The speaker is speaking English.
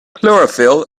chlorophyll